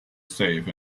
safe